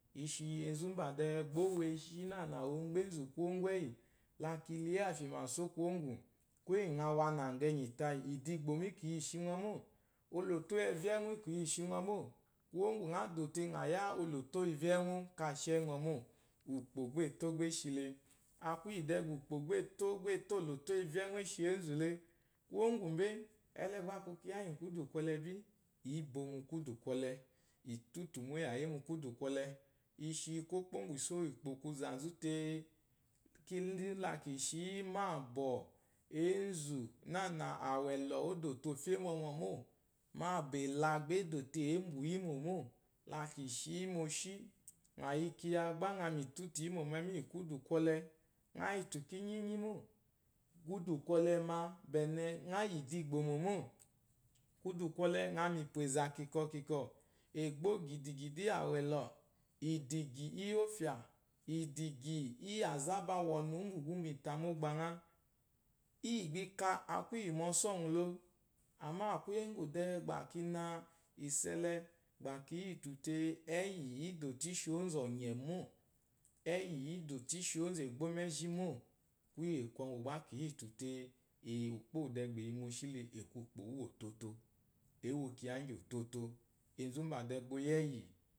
I shi enzu úmbà dɛɛ gbà ó wo eshí nânà o mgbɛ́ énzù kwuwó ŋgwù ɛ́yí, la ki lúyí àfyìmà só kwuwó ŋgwù íyì ŋa wo anàŋgà ɛnyì tayì ìdigbòmò í kì yi i shi ŋɔ mô. Olòtò úwù ɛvyɛ́yɛ́ŋwù i kì yi i shi ŋɔ mô, kwuwó ŋgwú ŋá dò te ŋa yá ivyé íyì ɛ́ŋwú káa shi ɛŋɔ mô. Ùkpò gbá e tó gbá e shi le. A kwu íyì dɛɛ gbà ùkpò gbá e tó, gbá e tó olòtò úwù ivyé íyì ɛ́ŋwú é shi énzù le, kwuó ŋgwù mbé, ɛlɛ gbà a kwu kyiya íŋgyì kwúdù kwɔlɛ bí, ǐ bo mu kwúdù kwɔlɛ, ì tútùmò íyàyí mu kwudù kɔlɛ. I shi kwókpó ŋgwù isso íyì ùkpò kwu zà nzú tee, la kì shi yí mbâ bɔ̀ ěnzú nânà àwɛ̀llɔ̀ ó dò te o fyé mɔmɔ̀ mô, mbâ bà ɛ̀la é dò te ě mbwù yí mò mô. La kì shi yí moshi yí moshí. Ŋà yi kyiya gbá ŋa ŋì tútù yí mò mɛmi íyì kúdù kwɔlɛ ŋáa yítù kínyínyí mô. Kwúdù kwɔlɛ, ma, bɛ̀nɛ, ŋá yi ídigbòmò mô. Kwúdù kwɔlɛ, ŋa yi mìpwà ɛ̀zà kìkɔ̀-kìkɔ̀, ègbó gìdìgìdì íyì àwɛ̀llò, ìdìgyì íyì ófyà, ìdìgyì íyì àzába, wɔ̀nù úmbù gbà u yi mìtà mɔgbà ŋa. Íyì gbà i ka, a kwu yì mɔsɔ́ŋwù lo. Àmâ kwúyé ŋgwù dɛɛ gbà ki na ìsso ɛlɛ gbà ki yítù te ɛ́yì i dò te i shi ǒnzú ɔ̀nyɛ̀ mô, ɛ́yì í dò te ì shi ǒnzú ègbomɛ́zhí mô. Kwúyè kwɔŋgwù gbá kì yítù tee, kì yi ùkpò úwù dɛɛ gbà e yi moshí le, è kwu ùkpò úwù òtoto, ě wo kyiya íŋgyì òtoto. Enzu úmbà dɛɛ gbà o yi ɛ́yì